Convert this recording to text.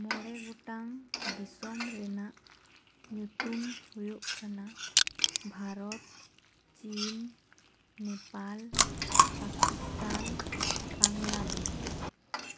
ᱢᱚᱬᱮ ᱜᱚᱴᱟᱝ ᱫᱥᱚᱢ ᱨᱮᱱᱟᱜ ᱧᱩᱛᱩᱢ ᱦᱩᱭᱩᱜ ᱠᱟᱱᱟ ᱵᱷᱟᱨᱚᱛ ᱪᱤᱱ ᱱᱮᱯᱟᱞ ᱯᱟᱠᱤᱥᱛᱟᱱ ᱵᱟᱝᱞᱟᱫᱮᱥ